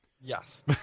Yes